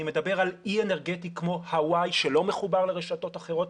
אני מדבר על אי אנרגטי כמו הוואי שלא מחובר לרשתות אחרות,